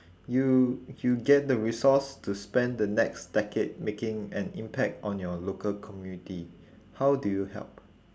you you get the resource to spend the next decade making an impact on your local community how do you help